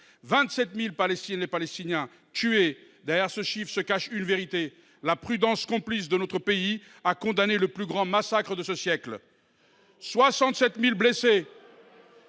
27 000 Palestiniennes et Palestiniens tués : derrière ce chiffre se cache une vérité, la prudence complice de notre pays à condamner le plus grand massacre de ce siècle. Un peu